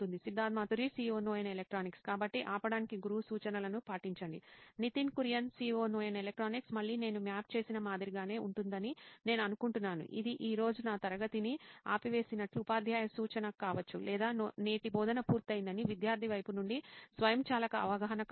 Siddharth Mathuri CEO నోయిన్ electronics కాబట్టి ఆపడానికి గురువు సూచనలను పాటించండి నితిన్ కురియన్ COO నోయిన్ ఎలక్ట్రానిక్స్ మళ్ళీ నేను మ్యాప్ చేసిన మాదిరిగానే ఉంటుందని నేను అనుకుంటున్నాను ఇది ఈ రోజు నా తరగతిని ఆపివేసినట్లు ఉపాధ్యాయ సూచన కావచ్చు లేదా నేటి బోధన పూర్తయిందని విద్యార్థి వైపు నుండి స్వయంచాలక అవగాహన కావచ్చు